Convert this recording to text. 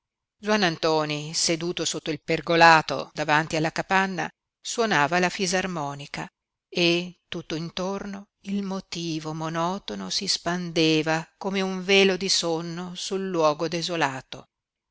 zuannantoni seduto sotto il pergolato davanti alla capanna suonava la fisarmonica e tutto intorno il motivo monotono si spandeva come un velo di sonno sul luogo desolato